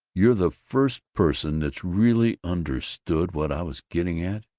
you're the first person that's really understood what i was getting at,